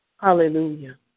Hallelujah